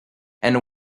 and